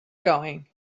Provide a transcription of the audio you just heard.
going